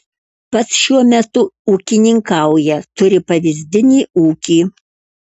pats šiuo metu ūkininkauja turi pavyzdinį ūkį